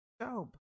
Job